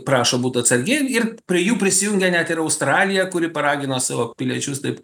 prašo būt atsargiem ir prie jų prisijungė net ir australija kuri paragino savo piliečius taip